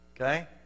Okay